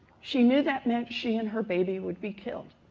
she knew that meant she and her baby would be killed,